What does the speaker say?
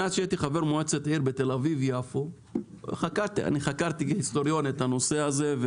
מאז שהייתי חבר מועצת עיר בתל אביב-יפו חקרתי כהיסטוריון את הנושא הזה.